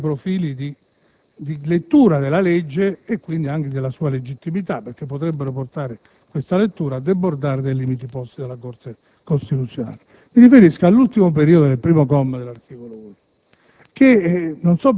e che riguardano anche profili inerenti alla lettura della legge, e quindi alla sua legittimità, perché potrebbero portare tale lettura a debordare i limiti posti dalla Corte costituzionale. Mi riferisco all'ultimo periodo del primo comma dell'articolo 1.